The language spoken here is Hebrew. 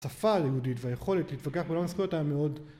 השפה הלימודית והיכולת להתווכח מול הזכויות היה מאוד